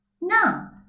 Now